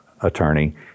attorney